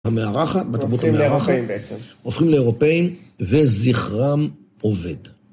המארחת, בתרבות המארחת, הופכים לאירופאים בעצם...הופכים לאירופאים וזיכרם אובד.